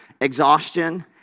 exhaustion